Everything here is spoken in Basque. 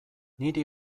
niri